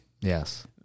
Yes